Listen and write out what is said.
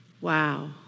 Wow